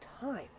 time